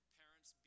parents